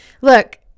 look